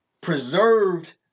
preserved